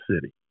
city